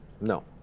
No